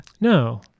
No